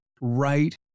right